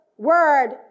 Word